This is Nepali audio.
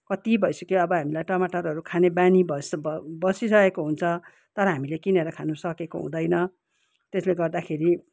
कति भइसक्यो अब हामीलाई टमाटरहरू खाने बानी बसि बसिसकेको हुन्छ तर हामीले किनेर खानु सकेको हुँदैन त्यसले गर्दाखेरि